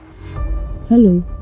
Hello